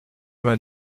vingt